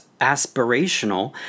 aspirational